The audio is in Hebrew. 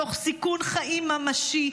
תוך סיכון חיים ממשי,